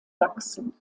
wachsen